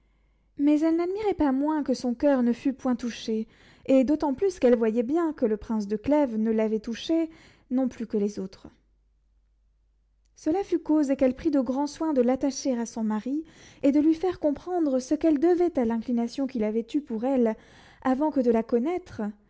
mais elle n'admirait pas moins que son coeur ne fût point touché et d'autant plus qu'elle voyait bien que le prince de clèves ne l'avait pas touchée non plus que les autres cela fut cause qu'elle prit de grands soins de l'attacher à son mari et de lui faire comprendre ce qu'elle devait à l'inclination qu'il avait eue pour elle avant que de la connaître